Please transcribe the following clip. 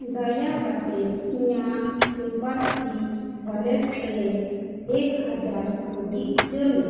ᱫᱟᱭᱟ ᱠᱟᱛᱮᱫ ᱤᱧᱟᱹᱜ ᱯᱮᱯᱟᱨ ᱯᱨᱤ ᱚᱣᱟᱞᱮᱴ ᱨᱮ ᱮᱹᱠ ᱦᱟᱡᱟᱨ ᱠᱟᱹᱣᱰᱤ ᱩᱪᱟᱹᱲ ᱢᱮ